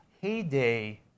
heyday